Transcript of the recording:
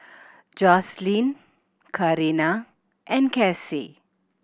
Jocelynn Karina and Casie